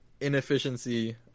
inefficiency